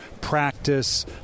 practice